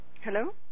Hello